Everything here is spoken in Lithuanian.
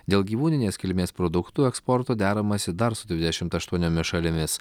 dėl gyvūninės kilmės produktų eksporto deramasi dar su dvidešimt aštuoniomis šalimis